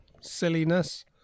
silliness